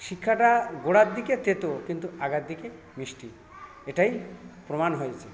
শিক্ষাটা গোড়ার দিকে তেতো কিন্তু আগার দিকে মিষ্টি এটাই প্রমাণ হয়েছে